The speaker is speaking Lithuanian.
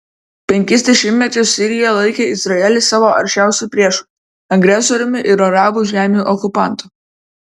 penkis dešimtmečius sirija laikė izraelį savo aršiausiu priešu agresoriumi ir arabų žemių okupantu